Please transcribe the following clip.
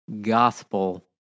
gospel